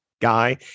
guy